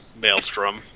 Maelstrom